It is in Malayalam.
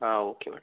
ആ ഓക്കേ മാഡം